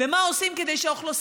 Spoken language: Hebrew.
ומה עושים כדי שהאוכלוסייה,